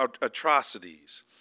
atrocities